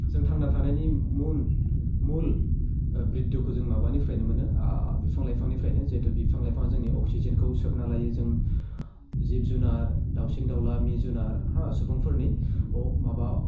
जों थांना थानायनि मुल बृद्धखौ जों माबानिफ्रायनो मोनो बिफां लाइफांनिफ्रायनो जिहेतु बिफां लाइफाङा जोंनि अक्सिजेनखौ सोबना लायो जों जिब जुनार दाउसिन दाउला मि जुनार हा सुबुंफोरनि अ माबा